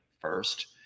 first